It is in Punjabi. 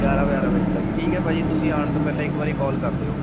ਗਿਆਰਾਂ ਬਾਰਾਂ ਵਜੇ ਤੱਕ ਠੀਕ ਹੈ ਭਾਅ ਜੀ ਤੁਸੀਂ ਆਉਣ ਤੋਂ ਪਹਿਲਾਂ ਇੱਕ ਵਾਰੀ ਕਾਲ ਕਰ ਦਿਓ